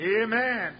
Amen